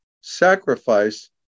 sacrifice